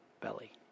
belly